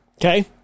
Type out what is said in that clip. Okay